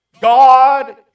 God